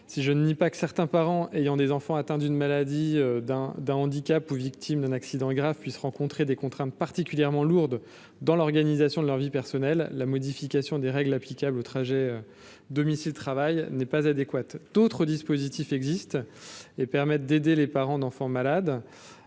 Si je ne nie pas que certains parents ayant des enfants atteints d’une maladie, d’un handicap ou victimes d’un accident grave puissent rencontrer des contraintes particulièrement lourdes dans l’organisation de leur vie personnelle, la modification des règles applicables aux trajets entre le domicile et le travail n’est pas adéquate. D’autres dispositifs existent et permettent d’aider les parents d’enfants malades.